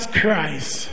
Christ